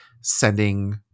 sending